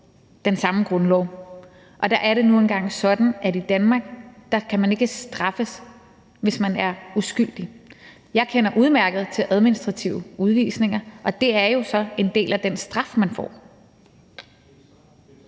den samme grundlov, og der er det nu engang sådan, at i Danmark kan man ikke straffes, hvis man er uskyldig. Jeg kender udmærket til administrative udvisninger, og det er jo så en del af den straf, man får.